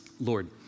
Lord